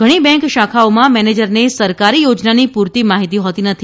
ઘણી બેંક શાખઆઓમાં મેનેજરને સરકારી યોજનાની પૂરીત માઠીતી હોતી નથી